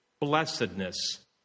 blessedness